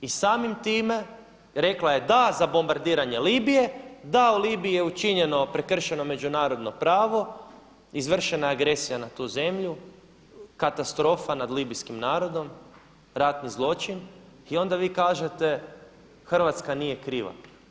I samim time rekla je da za bombardiranje Libije, da, Libiji je prekršeno međunarodno pravo, izvršena je agresija na tu zemlju, katastrofa nad libijskim narodom, ratni zločin i onda vi kažete: Hrvatska nije kriva.